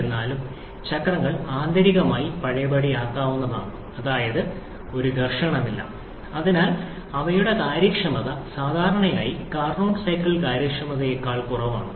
എന്നിരുന്നാലും ചക്രങ്ങൾ ആന്തരികമായി പഴയപടിയാക്കാവുന്നവയാണ് അതായത് ഒരു ഘർഷണം ഇല്ല അതിനാൽ അവയുടെ കാര്യക്ഷമത സാധാരണയായി കാർനോട്ട് സൈക്കിൾ കാര്യക്ഷമതയേക്കാൾ കുറവാണ്